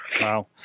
Wow